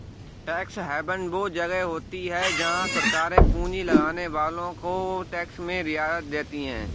tax haven वो जगह होती हैं जहाँ सरकारे पूँजी लगाने वालो को टैक्स में रियायत देती हैं